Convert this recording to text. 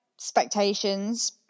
expectations